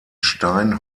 stein